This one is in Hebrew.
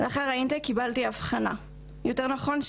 לאחר האינטייק קיבלתי אבחנה - ויותר נכון,